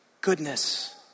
goodness